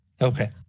Okay